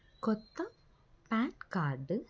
కొత్త PAN card